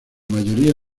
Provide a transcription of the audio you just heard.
mayoría